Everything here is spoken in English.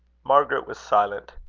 margaret was silent.